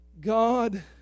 God